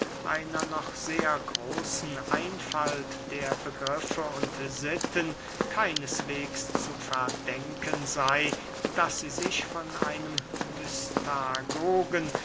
einer noch sehr großen einfalt der begriffe und sitten keineswegs zu verdenken sey daß sie sich von einem